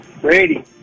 Brady